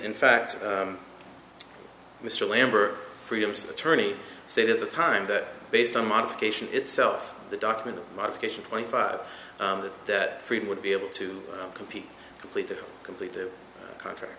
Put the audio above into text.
in fact mr lambert freedoms attorney said at the time that based on modification itself the document modification point five that freedom would be able to compete complete to complete the contract